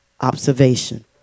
observation